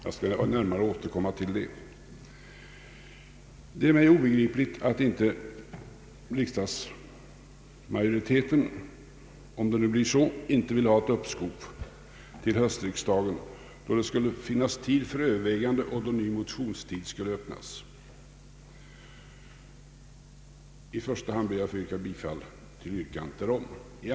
Jag skall närmare återkomma till detta om en stund. Det är mig obegripligt att inte riksdagsmajoriteten vill ha ett uppskov till höstriksdagen, då det skulle finnas tid för överväganden och ny motionstid skulle stå till buds. I första hand ber jag att få yrka bifall till yrkandet om uppskov med behandlingen av propositionen till höstriksdagen.